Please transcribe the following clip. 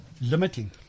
Limiting